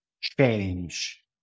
change